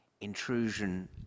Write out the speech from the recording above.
intrusion